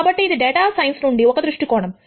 కాబట్టి ఇది data science నుండి ఒక దృష్టికోణం